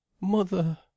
Mother